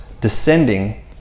descending